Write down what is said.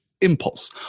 impulse